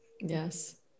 yes